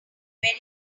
very